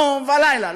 יום ולילה,